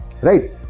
right